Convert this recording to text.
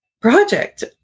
project